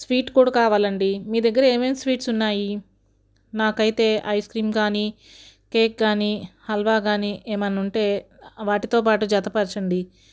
sweet కూడా కావాలి అండి మీ దగ్గర ఏమేమి స్వీట్స్ ఉన్నాయి నాకైతే ఐస్ క్రీమ్ కానీ కేక్ కానీ హల్వా కానీ ఏమన్నా ఉంటే వాటితో పాటు జతపరచండి